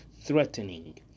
threatening